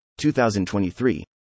2023